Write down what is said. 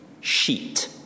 sheet